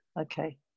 okay